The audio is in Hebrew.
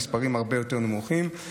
המספרים הרבה יותר נמוכים.